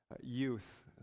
youth